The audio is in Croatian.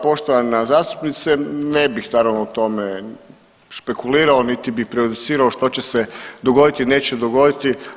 Poštovana zastupnice ne bih naravno o tome špekulirao niti bi prejudicirao što će se dogoditi, neće dogoditi.